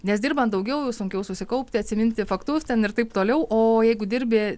nes dirbant daugiau sunkiau susikaupti atsiminti faktus ten ir taip toliau o jeigu dirbi